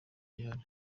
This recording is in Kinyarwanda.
gihari